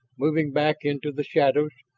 moving back into the shadows,